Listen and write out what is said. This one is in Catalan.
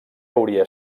hauria